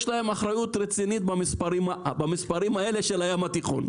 אחריות רצינית למספרים שאנחנו רואים בים התיכון.